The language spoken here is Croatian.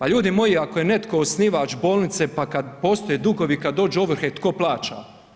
A ljudi moji ako je netko osnivač bolnice pa kada postoje dugovi, kada dođu ovrhe tko plaća?